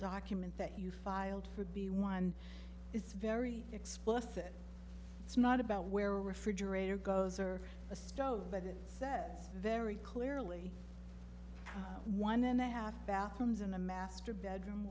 document that you filed for be one is very explicit it's not about where refrigerator goes or a stove but it says very clearly one then they have bathrooms in a master bedroom